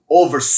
over